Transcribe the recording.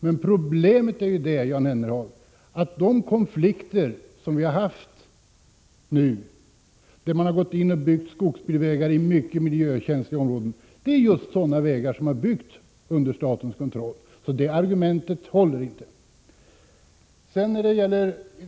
Men problemet är ju att de konflikter som vi har haft nu, när man byggt skogsbilvägar i mycket miljökänsliga områden, gäller sådana vägar som har byggts under statens kontroll. Jan Jennehags argument håller alltså inte.